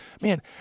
man